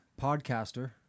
Podcaster